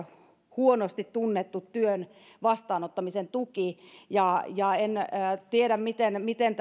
huonosti tunnettu työn vastaanottamisen tuki ja ja en tiedä miten